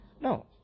No